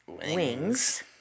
wings